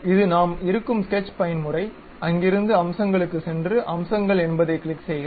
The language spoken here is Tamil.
இது நாம் இருக்கும் ஸ்கெட்ச் பயன்முறை அங்கிருந்து அம்சங்களுக்குச் சென்று அம்சங்கள் என்பதைக் கிளிக் செய்க